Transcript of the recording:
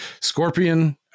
Scorpion